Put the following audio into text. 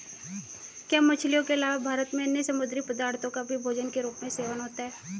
क्या मछलियों के अलावा भारत में अन्य समुद्री पदार्थों का भी भोजन के रूप में सेवन होता है?